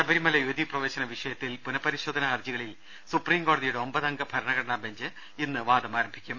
ശബരിമല യുവതീ പ്രവേശന വിഷയത്തിൽ പുനപരിശോധനാ ഹർജി കളിൽ സുപ്രീംകോടതിയുടെ ഒമ്പതംഗ ഭരണഘടനാ ബെഞ്ച് ഇന്ന് വാദം ആരംഭിക്കും